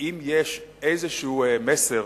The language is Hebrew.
אם יש איזשהו מסר,